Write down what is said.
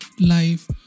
life